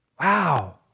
Wow